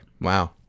Wow